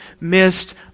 missed